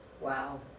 Wow